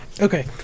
okay